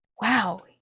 wow